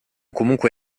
comunque